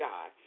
God